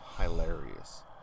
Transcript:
hilarious